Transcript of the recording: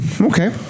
Okay